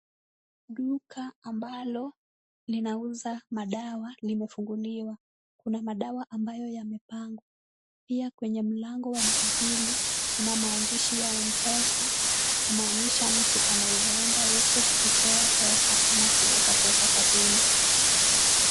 Duka ambalo linauza madawa limefunguliwa. Kuna madawa ambayo yamepangwa. Pia kwenye mlango wa duka hili kuna maandishi ya M-Pesa, kumaanisha mtu anaweza enda huko kutoa pesa ama kuweka pesa kwa simu.